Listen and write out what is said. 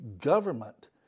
government